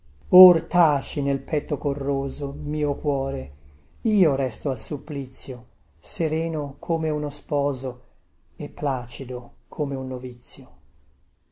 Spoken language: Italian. taci nel petto corroso mio cuore io resto al supplizio sereno come uno sposo e placido come un novizio